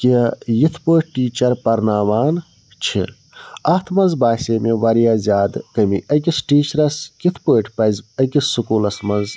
کہِ یِتھٕ پٲٹھۍ ٹیٖچَر پَرناوان چھِ اَتھ منٛز باسے مےٚ واریاہ زیادٕ کٔمی أکِس ٹیٖچرَس کِتھٕ پٲٹھۍ پَزِ أکِس سکوٗلَس منٛز